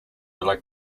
villa